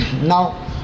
Now